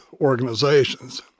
organizations